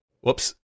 Whoops